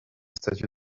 statut